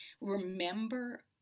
remember